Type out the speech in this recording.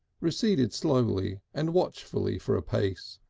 receded slowly and watchfully for a pace,